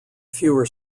fewer